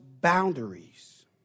boundaries